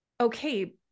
okay